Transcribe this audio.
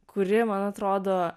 kuri man atrodo